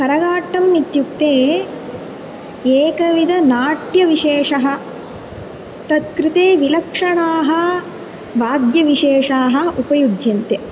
करगाटम् इत्युक्ते एकविधनाट्यविशेषः तत्कृते विलक्षणाः वाद्यविशेषाः उपयुज्यन्ते